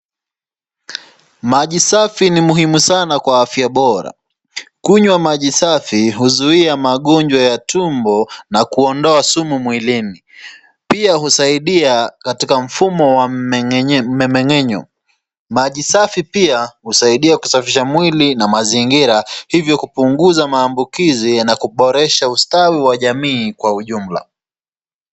Maji safi ni muhimu sana kwa afya bora. Kunywa maji safi huzuia magonjwa ya tumbo na kuondoa sumu mwilini. Pia husaidia katika mfumo wa mmenyenyo . Maji safi pia husaidia kusafisha mwili na mazingira hivo kupunguza maambukizi na kuboresha ustawi wa jamii kwa ujumla.